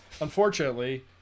Unfortunately